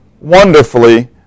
wonderfully